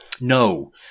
No